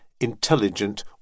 intelligent